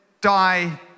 die